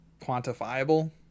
quantifiable